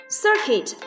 circuit